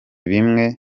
bimwe